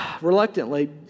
reluctantly